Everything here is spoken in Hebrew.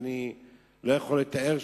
שאני לא יכול לתאר,